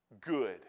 Good